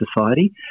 society